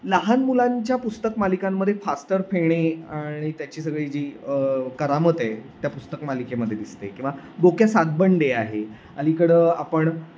लहान मुलांच्या पुस्तक मालिकांमध्ये फास्टर फेणे आणि त्याची सगळी जी करामत आहे त्या पुस्तक मालिकेमध्ये दिसते किंवा बोक्या सातबंडे आहे अलीकडं आपण